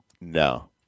No